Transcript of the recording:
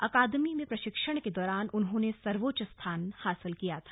अकादमी में प्रशिक्षण के दौरान उन्होंने सर्वोच्च स्थान हासिल किया था